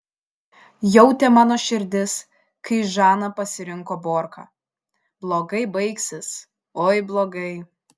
jautė mano širdis kai žana pasirinko borką blogai baigsis oi blogai